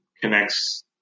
connects